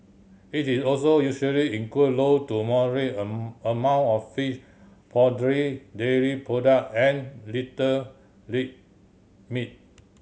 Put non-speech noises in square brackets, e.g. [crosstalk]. it is also usually include low to moderate [unintelligible] amount of fish poultry dairy product and little read meat